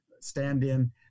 stand-in